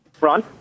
Ron